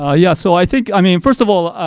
ah yeah so i think, i mean, first of all